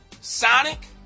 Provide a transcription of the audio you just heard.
Sonic